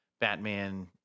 Batman